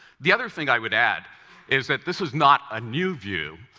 the other thing i would add is that this is not a new view.